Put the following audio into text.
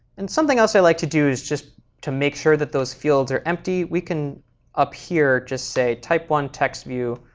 and something else i like to do is just, to make sure that those fields are empty, we can up here just say, type one text view,